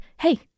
hey